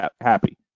happy